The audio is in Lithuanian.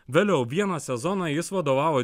vėliau vieną sezoną jis vadovavo